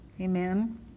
Amen